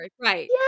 right